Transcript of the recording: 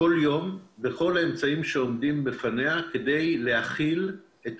כל יום, בכל האמצעים שעומדים לפניה, כדי להכיל את